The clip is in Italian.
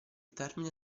termine